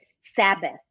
Sabbath